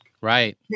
right